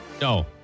No